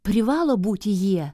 privalo būti jie